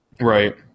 Right